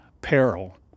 peril